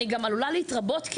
אני גם עלולה להתרבות.